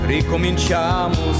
Ricominciamo